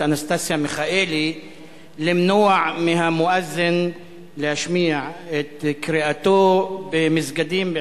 אנסטסיה מיכאלי למנוע מהמואזין להשמיע את קריאתו במסגדים,